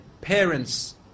parents